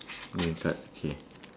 green card K